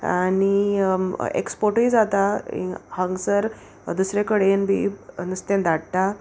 आनी एक्सपोर्टूय जाता हांगसर दुसरे कडेन बी नुस्तें धाडटा